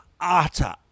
utter